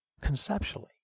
conceptually